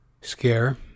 scare